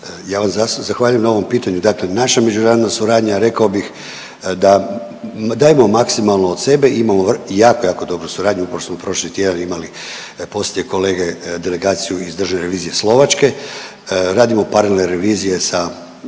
Ja vam zahvaljujem na ovom pitanju. Dakle, naša međunarodna suradnja rekao bih da dajemo maksimalno od sebe, imamo jako, jako dobru suradnju pošto smo prošli tjedan imali poslije kolege delegaciju iz Državne revizije Slovačke, radimo paralelne revizije sa